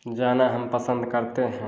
जाना हम पसंद करते हैं